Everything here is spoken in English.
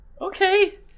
okay